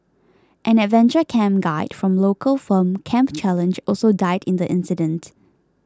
an adventure camp guide from local firm Camp Challenge also died in the incident